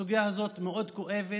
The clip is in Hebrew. הסוגיה הזאת מאוד כואבת.